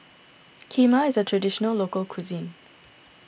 Kheema is a Traditional Local Cuisine